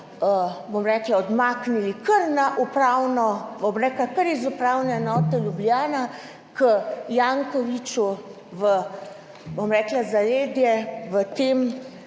bom rekla, odmaknili kar na upravno, bom rekla, kar iz Upravne enote Ljubljana k Jankoviču v, bom rekla, zaledje v tem